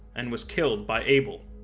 and was killed by able.